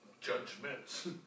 judgments